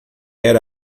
era